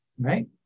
right